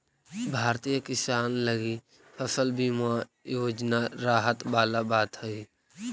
भारतीय किसान लगी फसल बीमा योजना राहत वाला बात हइ